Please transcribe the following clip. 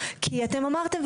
כי אתם אמרתם,